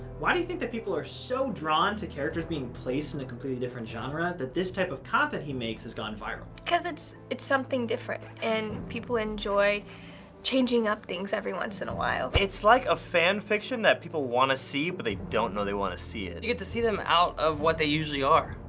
why do you think that people are so drawn to characters being placed in a completely different genre that this type of content he makes has gone viral? because it's it's something different and people enjoy changing up things every once in a while. it's like a fan fiction that people want to see, but they don't know they want to see it. you get to see them out of what they usually are,